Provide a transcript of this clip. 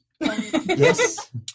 Yes